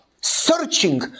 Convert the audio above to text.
searching